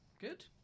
Good